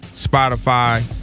Spotify